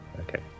Okay